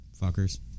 fuckers